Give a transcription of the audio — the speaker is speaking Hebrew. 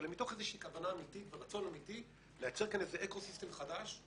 אלא איזושהי כוונה אמיתית ורצון אמיתי לייצר כאן איזה אקוסיסטם חדש,